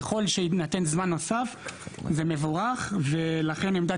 ככל שיינתן זמן נוסף זה מבורך ולכן עמדת